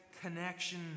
connection